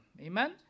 amen